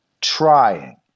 trying